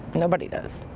nobody does.